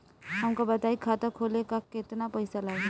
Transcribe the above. हमका बताई खाता खोले ला केतना पईसा लागी?